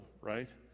right